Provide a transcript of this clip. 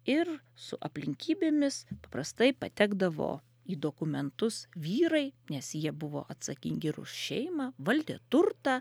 ir su aplinkybėmis paprastai patekdavo į dokumentus vyrai nes jie buvo atsakingi ir už šeimą valdė turtą